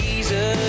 Jesus